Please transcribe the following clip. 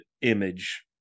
image